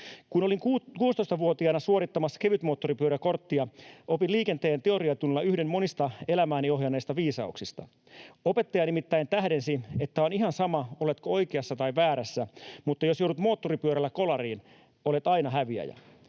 Kun olin 16-vuotiaana suorittamassa kevytmoottoripyöräkorttia, opin liikenteen teoriatunnilla yhden monista elämääni ohjanneista viisauksista. Opettaja nimittäin tähdensi, että on ihan sama, oletko oikeassa tai väärässä, mutta jos joudut moottoripyörällä kolariin, olet aina häviäjä.